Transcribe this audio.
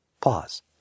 Pause